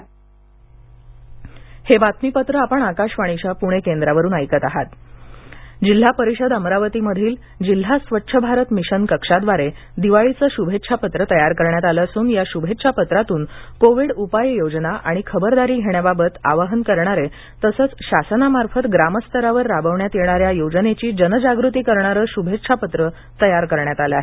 शभेच्छापत्रांतन Covid जागर जिल्हा परिषदअमरावती मधील जिल्हा स्वच्छ भारत मिशन कक्षा व्दारे दिवाळीचे शुभेच्छा पत्र तयार करण्यात आले असून या शुभेच्छा पत्रातून कोविड उपाययोजना आणि खबरदारी घेणे बाबत आवाहन करणारे तसेच शासना मार्फत ग्राम स्तरावर राबविण्यात येणाऱ्या योजनेची जनजागृती करणारे शुभेच्छापत्र तयार करण्यात आले आहे